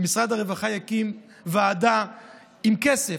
ומשרד הרווחה יקים ועדה עם כסף,